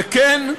וכן,